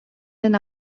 den